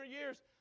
years